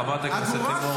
חברת הכנסת לימור,